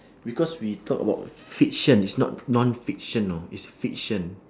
because we talk about fiction is not non-fiction know is fiction